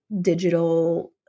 digital